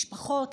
משפחות,